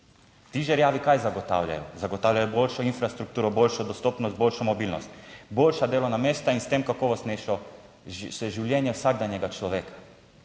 Ti žerjavi - kaj zagotavljajo? - zagotavljajo boljšo infrastrukturo, boljšo dostopnost, boljšo mobilnost, boljša delovna mesta in s tem kakovostnejše življenje vsakdanjega človeka.